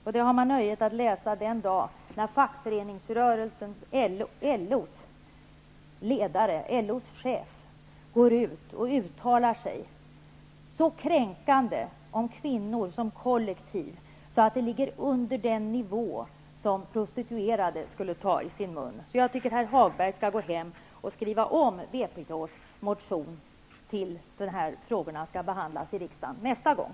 Detta har man nöjet att läsa den dag då LO:s ledare och chef går ut och uttalar sig så kränkande om kvinnor som kollektiv att det som han säger ligger under den nivå som prostituerade skulle ta i sin mun. Jag tycker därför att herr Hagberg skall gå hem och skriva om Vänsterpartiets motion tills dessa frågor skall behandlas i riksdagen nästa gång.